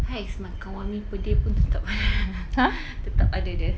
!hais! makan one meal per day pun tetap tetap ada the